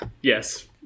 Yes